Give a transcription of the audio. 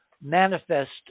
manifest